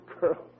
girl